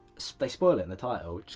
spoil spoil it in the title.